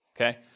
Okay